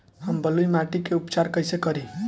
हम बलुइ माटी के उपचार कईसे करि?